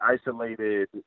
isolated